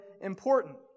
important